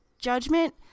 judgment